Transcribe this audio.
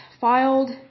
filed